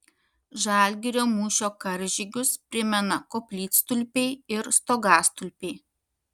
žalgirio mūšio karžygius primena koplytstulpiai ir stogastulpiai